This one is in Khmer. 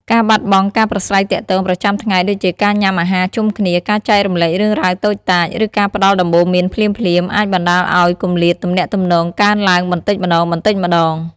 ការបាត់បង់ការប្រាស្រ័យទាក់ទងប្រចាំថ្ងៃដូចជាការញ៉ាំអាហារជុំគ្នា ការចែករំលែករឿងរ៉ាវតូចតាច ឬការផ្ដល់ដំបូន្មានភ្លាមៗ អាចបណ្ដាលឲ្យគម្លាតទំនាក់ទំនងកើនឡើងបន្តិចម្ដងៗ។